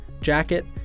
jacket